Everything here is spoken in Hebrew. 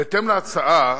בהתאם להצעה,